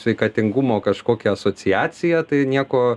sveikatingumo kažkokią asociaciją tai nieko